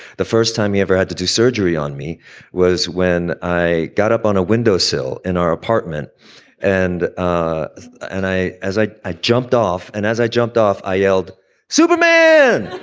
the first time you ever had to do surgery on me was when i got up on a windowsill in our apartment and ah and i as i i jumped off and as i jumped off, i yelled supermen and and